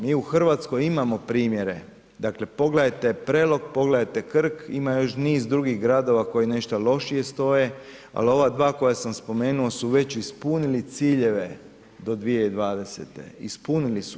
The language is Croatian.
Mi u Hrvatskom imamo primjere, dakle pogledajte Prelog, pogledajte Krk, ima još niz drugih gradova koji nešto lošije stoje, ali ova dva koja sam spomenuo su već ispunili ciljeve do 2020., ispunili su.